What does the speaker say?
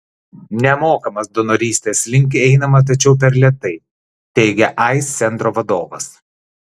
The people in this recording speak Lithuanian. nemokamos donorystės link einama tačiau per lėtai teigė aids centro vadovas